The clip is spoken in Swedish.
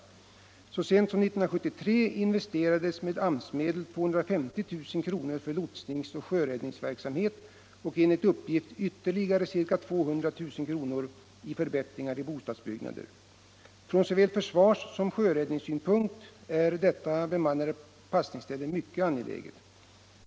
Så sent som 1973 investerades med AMS-medel 250 000 kr. för lotsningsoch sjöräddningsverksamhet samt enligt uppgift ytterligare ca 200 000 kr. för förbättringar i bostadsbyggnader. Från såväl försvarssom sjöräddningssynpunkt är detta bemannade passningsställe mycket angeläget.